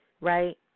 right